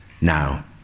now